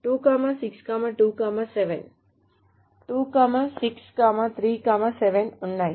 2 6 2 7 2 6 3 7 ఉన్నాయి